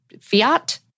Fiat